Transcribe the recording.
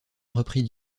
reprit